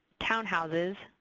townhouses,